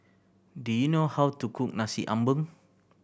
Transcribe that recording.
do you know how to cook Nasi Ambeng